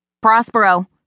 Prospero